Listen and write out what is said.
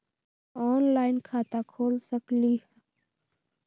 Online खाता खोल सकलीह?